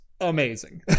amazing